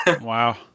Wow